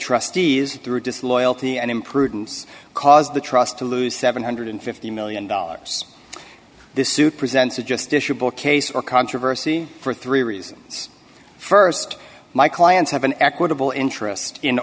trustees through disloyalty and imprudent caused the trust to lose seven hundred and fifty million dollars this suit presents a just issued bull case or controversy for three reasons st my clients have an equitable interest in